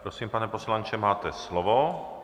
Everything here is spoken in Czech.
Prosím, pane poslanče, máte slovo.